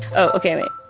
okay.